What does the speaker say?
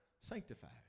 Sanctified